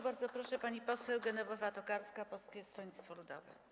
Bardzo proszę, pani poseł Genowefa Tokarska, Polskie Stronnictwo Ludowe.